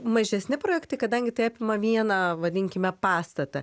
mažesni projektai kadangi tai apima vieną vadinkime pastatą